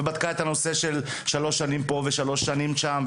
היא בדקה את הנושא של שלוש שנים פה ושלוש שנים שם,